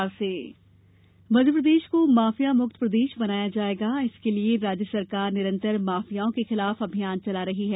बाला बच्चन राज्य को माफियामुक्त प्रदेश बनाया जाएगा इसके लिए राज्य सरकार निरंतर माफियाओं के खिलाफ अभियान चला रही है